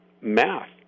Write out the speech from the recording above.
math